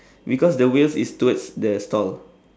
because the wheels is towards the stall